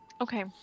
Okay